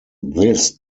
this